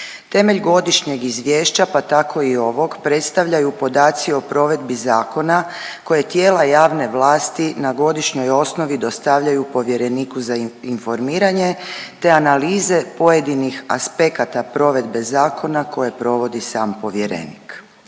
Temelj godišnjeg izvješća pa tako i ovog predstavljaju podaci o provedbi zakona koje tijela javne vlasti na godišnjoj osnovi dostavljaju povjereniku za informiranje te analize pojedinih aspekata provedbe zakona koje provodi sam povjerenik.